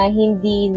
hindi